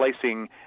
placing